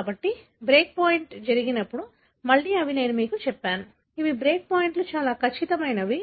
కాబట్టి break point జరిగినప్పుడు మళ్లీ ఇవి నేను మీకు చెప్పాను ఇవి బ్రేక్ పాయింట్లు చాలా ఖచ్చితమైనవి